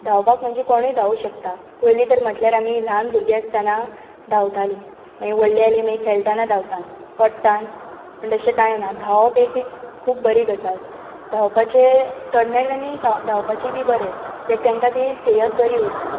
धांवपााक म्हणजे कोणूय धावंक शकता पयलीं तर म्हणल्यार आमी ल्हान भुरगीं आसताना धांवतालीं मागीर व्हडलीं जालीं मागीर खेळटाना धांवता पडटा पूण तशें काय ना धांवप एक खूब बरी गजाल धांवपाचें तरणेल्यांनीं धांवपाचें बी बरें लायक तेंकां ती सेहत बरी उरता